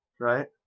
right